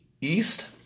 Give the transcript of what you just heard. East